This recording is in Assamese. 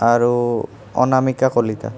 আৰু অনামিকা কলিতা